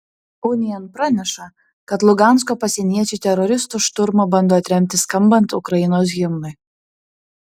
unian praneša kad lugansko pasieniečiai teroristų šturmą bando atremti skambant ukrainos himnui